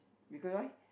because why